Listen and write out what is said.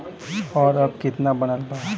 और अब कितना बनल बा?